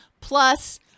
Plus